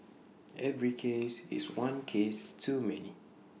every case is one case too many